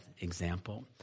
example